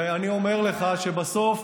אני אומר לך שבסוף,